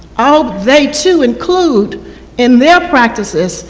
i hope they too include in their practices,